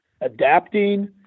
adapting